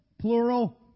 plural